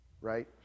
right